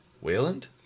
Wayland